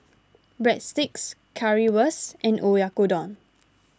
Breadsticks Currywurst and Oyakodon